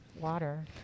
water